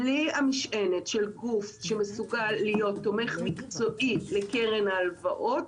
בלי המשענת של גוף שמסוגל להיות תומך מקצועי לקרן ההלוואות,